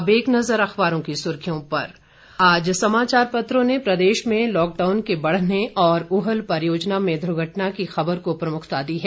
अब एक नजर अखबारों की सुर्खियों पर आज समाचार पत्रों ने प्रदेश में लॉकडाउन के बढ़ने और ऊहल परियोजना में दुर्घटना की खबर को प्रमुखता दी है